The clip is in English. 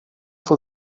for